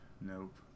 Nope